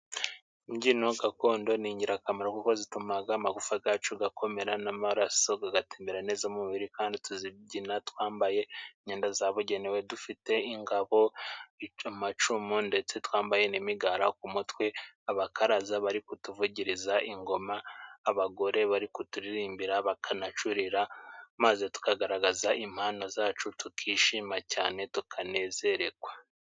Imbyino gakondo ni ingirakamaro kuko zitumaga amagufa gacu gakomera n'amaraso gagatembera neza mu mubiri, kandi tuzibyina twambaye imyenda zabugenewe dufite ingabo bica amacumu ndetse twambaye n'imigara ku mutwe, abakaraza bari kutuvugiriza ingoma abagore bari kuturirimbira bakanacurira, maze tukagaragaza impano zacu tukishima cyane tukanezeregwa.